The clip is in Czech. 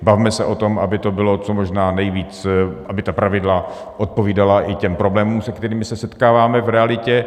Bavme se o tom, aby to bylo co možná nejvíc... aby ta pravidla odpovídala i těm problémům, se kterými se setkáváme v realitě.